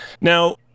Now